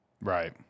Right